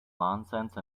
nonsense